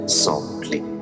softly